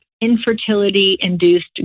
infertility-induced